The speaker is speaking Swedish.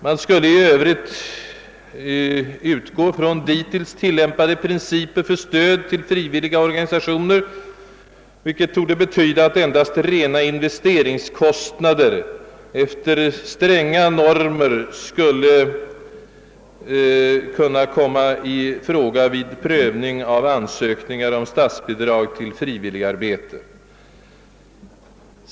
Man skulle i övrigt utgå från dittills tillämpade principer för stöd till frivilliga organisationer, vilket torde betyda att endast rena investeringskostnader enligt stränga normer skulle kunna komma i fråga vid prövningen av ansökningar om statsbidrag till frivilligarbete.